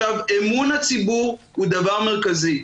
אמון הציבור הוא דבר מרכזי,